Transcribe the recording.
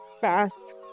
fast